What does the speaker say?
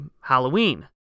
Halloween